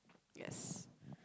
yes